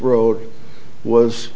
road was